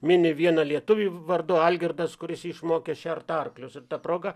mini vieną lietuvį vardu algirdas kuris jį išmokė šert arklius ir ta proga